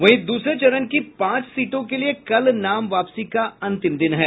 वहीं द्रसरे चरण की पांच सीटों के लिये कल नाम वापसी का अंतिम दिन है